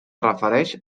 refereix